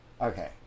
Okay